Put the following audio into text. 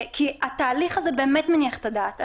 התהליך הזה באמת מניח את הדעת.